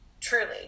truly